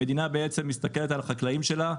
המדינה בעצם מסתכלת על החקלאים שלה,